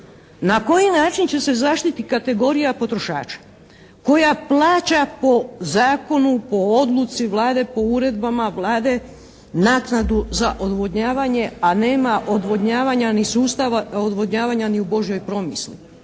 Na koji način će se zaštiti kategorija potrošača koja plaća po zakonu, po odluci Vlade, po uredbama Vlade naknadu za odvodnjavanje, a nema odvodnjavanja ni sustava, odvodnjavanja ni u Božjoj promisli?